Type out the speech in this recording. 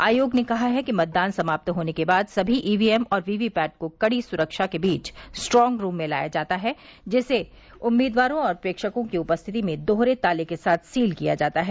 आयोग ने कहा है कि मतदान समाप्त होने के बाद सभी ई वी एम और वी वी पैट को कड़ी सुरक्षा के बीच स्ट्रांग रूम में लाया जाता है जिसे उम्मीदवारों और प्रेक्षकों की उपस्थिति में दोहरे ताले के साथ सील किया जाता है